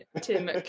Tim